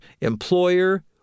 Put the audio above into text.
employer